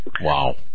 Wow